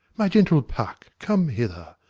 my gentle puck, come hither.